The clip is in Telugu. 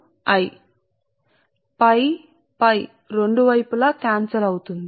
కాబట్టి సమీకరణం 14 లో ఇది ఇక్కడ ఉంది